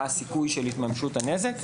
מה הסיכוי של התממשות הנזק,